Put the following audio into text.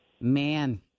Man